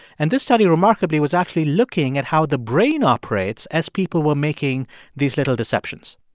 and this study remarkably was actually looking at how the brain operates as people were making these little deceptions